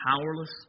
powerless